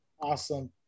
awesome